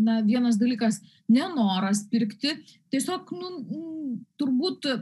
na vienas dalykas nenoras pirkti tiesiog nu turbūt